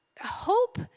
Hope